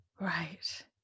Right